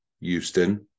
Houston